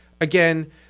Again